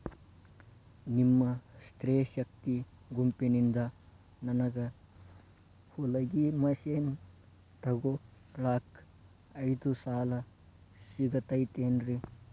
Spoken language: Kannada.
ನಿಮ್ಮ ಸ್ತ್ರೇ ಶಕ್ತಿ ಗುಂಪಿನಿಂದ ನನಗ ಹೊಲಗಿ ಮಷೇನ್ ತೊಗೋಳಾಕ್ ಐದು ಸಾಲ ಸಿಗತೈತೇನ್ರಿ?